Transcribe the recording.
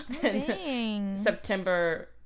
september